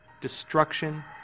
destruction